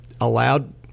allowed